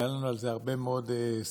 היו לנו על זה הרבה מאוד שיחות,